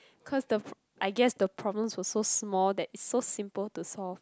because the I guess the problems were so small that it's so simple to solve